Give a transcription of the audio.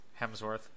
Hemsworth